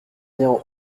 bien